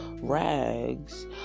rags